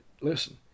Listen